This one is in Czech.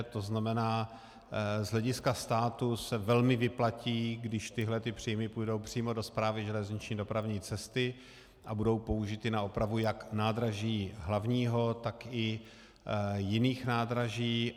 To znamená, z hlediska státu se velmi vyplatí, když tyto příjmy půjdou přímo do Správy železniční dopravní cesty a budou použity na opravu jak nádraží hlavního, tak i jiných nádraží.